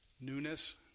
newness